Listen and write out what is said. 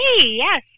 yes